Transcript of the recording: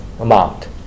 amount